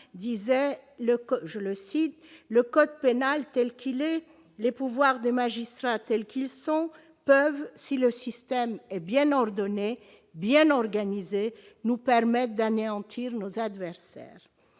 disait :« Le code pénal tel qu'il est, les pouvoirs des magistrats tels qu'ils sont, peuvent, si le système est bien ordonné, bien organisé, nous permettre d'anéantir nos adversaires.